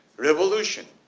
revolution,